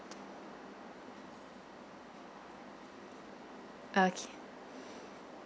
okay